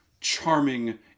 charming